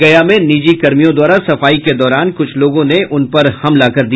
गया में निजी कर्मियों द्वारा सफाई के दौरान कुछ लोगों ने उनपर हमला कर दिया